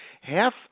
half